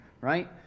right